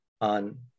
on